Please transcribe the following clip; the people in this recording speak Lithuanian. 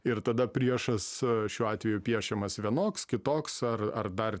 ir tada priešas šiuo atveju piešiamas vienoks kitoks ar ar dar